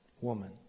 woman